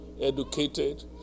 educated